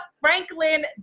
franklin